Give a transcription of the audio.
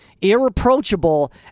irreproachable